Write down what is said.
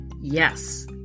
Yes